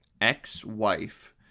ex-wife